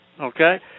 okay